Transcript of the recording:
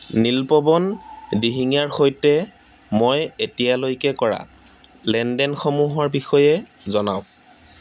নীলপৱন দিহিঙীয়াৰ সৈতে মই এতিয়ালৈকে কৰা লেনদেনসমূহৰ বিষয়ে জনাওক